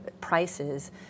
prices